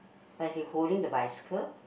like he holding the bicycle